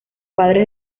padres